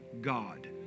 God